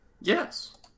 Yes